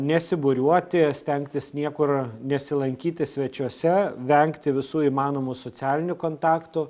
nesibūriuoti stengtis niekur nesilankyti svečiuose vengti visų įmanomų socialinių kontaktų